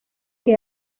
que